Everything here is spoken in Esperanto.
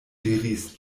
diris